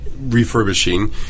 refurbishing